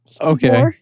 Okay